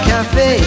Cafe